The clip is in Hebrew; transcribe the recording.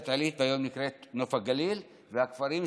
עילית והיום נקראת נוף הגליל והכפרים סביבה,